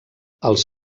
els